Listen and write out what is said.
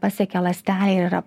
pasiekia ląstelę ir yra